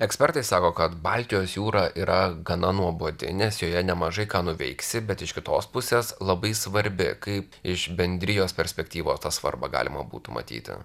ekspertai sako kad baltijos jūra yra gana nuobodi nes joje nemažai ką nuveiksi bet iš kitos pusės labai svarbi kaip iš bendrijos perspektyvos tą svarbą galima būtų matyti